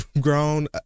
grown